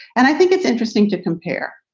and i think it's interesting to compare